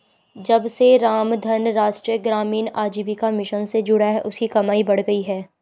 जब से रामधन राष्ट्रीय ग्रामीण आजीविका मिशन से जुड़ा है उसकी कमाई बढ़ गयी है